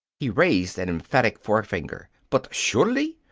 he raised an emphatic forefinger. but surely!